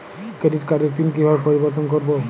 Credit কার্ডের PIN কিভাবে পরিবর্তন করবো?